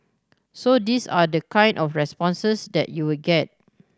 so these are the kind of responses that you'll get